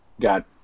got